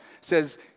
says